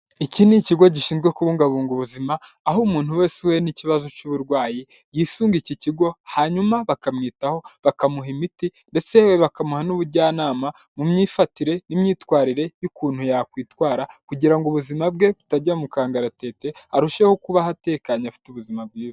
Iki ni ikigo gishinzwe kubungabunga ubuzima, aho umuntu wese uhuye n'ikibazo cy'uburwayi yisunga iki kigo hanyuma bakamwitaho bakamuha imiti ndetse yewe bakamuha n'ubujyanama mu myifatire n'imyitwarire y'ukuntu yakwitwara kugira ubuzima bwe butajya mu kangaratete arusheho kuba atekanye afite ubuzima bwiza.